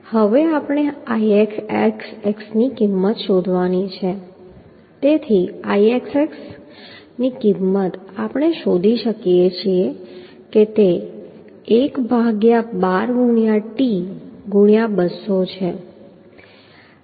હવે આપણે Ixx ની કિંમત શોધવાની છે તેથી Ixx ની કિંમત આપણે શોધી શકીએ છીએ કે તે 1 ભાગ્યા 12 ગુણ્યા t ગુણ્યા 200 છે